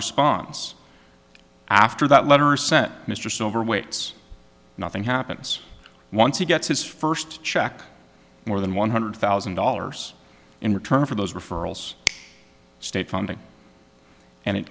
response after that letter sent mr silver waits nothing happens once he gets his first check more than one hundred thousand dollars in return for those referrals state funding and it